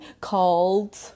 called